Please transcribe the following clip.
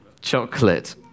Chocolate